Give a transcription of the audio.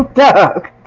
doug,